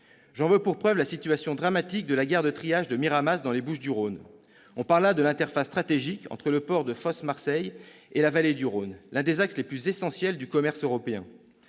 J'en veux pour preuve la situation dramatique de la gare de triage de Miramas dans les Bouches-du-Rhône. On parle là de l'interface stratégique entre le port de Marseille Fos et la vallée du Rhône, l'un des axes les plus essentiels du commerce européen.